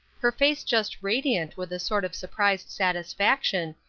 her face just radiant with a sort of surprised satisfaction,